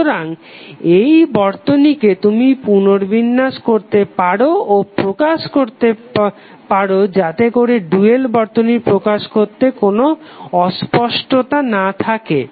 সুতরাং এই বর্তনীকে তুমি পুনর্বিন্যাস করতে পারো ও প্রকাশ করতে পারো যাতে করে ডুয়াল বর্তনী প্রকাশ করতে কোনো অস্পষ্টতা না থাকে